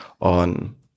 on